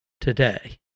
today